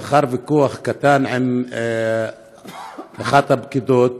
לאחר ויכוח קטן עם אחת הפקידות,